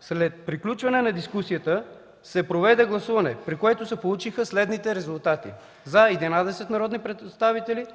След приключване на дискусията се проведе гласуване, при което се получиха следните резултати: „за” - 11, „против” и